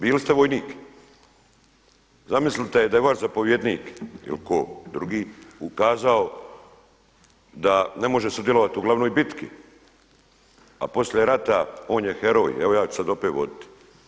Bili ste vojnik, zamislite da je vaš zapovjednik ili ko drugi ukazao da ne može sudjelovati u glavnoj bitki, a poslije rata on je heroj, evo ja ću sada opet voditi.